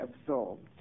absorbed